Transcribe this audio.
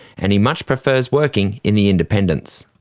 and he much prefers working in the independents.